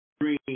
green